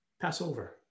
Passover